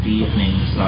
evenings